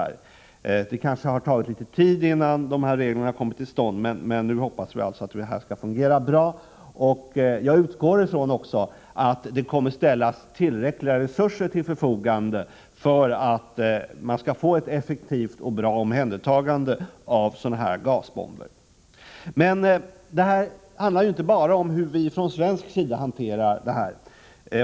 Det har kanske tagit litet tid innan reglerna kom, men nu hoppas vi att det hela skall fungera bra. Jag utgår från att det kommer att ställas tillräckliga resurser till förfogande för att få ett effektivt och bra omhändertagande av senapsgasbomber. Men det handlar ju inte bara om hur vi från svensk sida hanterar frågan.